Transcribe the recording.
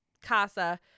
casa